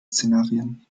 szenarien